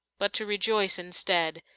but to rejoice instead,